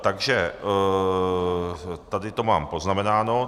Takže tady to mám poznamenáno.